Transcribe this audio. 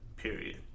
Period